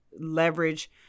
leverage